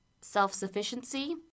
self-sufficiency